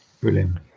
Brilliant